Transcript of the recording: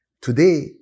today